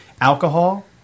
alcohol